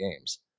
games